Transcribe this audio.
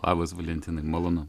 labas valentinai malonu